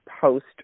post